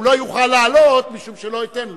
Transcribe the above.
הוא לא יוכל לעלות, משום שלא אתן לו.